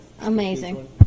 Amazing